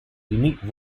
unique